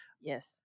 Yes